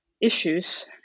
issues